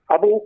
Abu